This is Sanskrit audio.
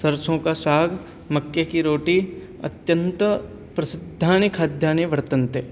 सर्सोङ्कासाग् मक्के की रोटी अत्यन्तप्रसिद्धानि खाद्यानि वर्तन्ते